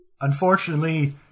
Unfortunately